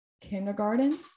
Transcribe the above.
kindergarten